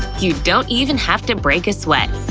you don't even have to break a sweat.